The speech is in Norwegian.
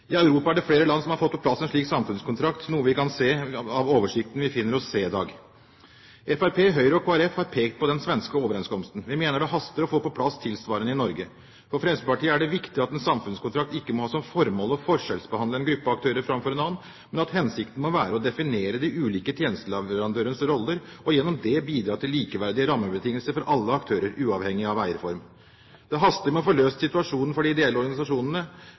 I Europa er det flere land som har fått på plass en slik samfunnskontrakt, noe vi kan se av oversikten vi finner hos CEDAG. Fremskrittspartiet, Høyre og Kristelig Folkeparti har pekt på den svenske overenskomsten. Vi mener det haster å få på plass noe tilsvarende i Norge. For Fremskrittspartiet er det viktig at en samfunnskontrakt ikke må ha som formål å forskjellsbehandle en gruppe aktører framfor en annen, men at hensikten må være å definere de ulike tjenesteleverandørenes roller og gjennom det bidra til likeverdige rammebetingelser for alle aktører uavhengig av eierform. Det haster med å få løst situasjonen for de ideelle organisasjonene,